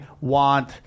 want